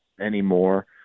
anymore